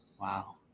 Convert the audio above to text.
Wow